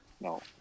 no